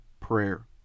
prayer